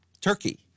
Turkey